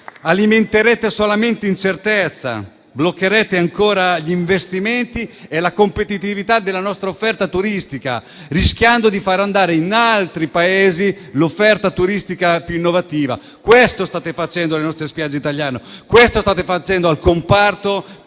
Alimenterete solamente incertezza, bloccherete ancora gli investimenti e la competitività della nostra offerta turistica, rischiando di far andare in altri Paesi l'offerta turistica più innovativa. Questo state facendo alle nostre spiagge italiane. Questo state facendo al comparto turistico